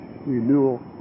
renewal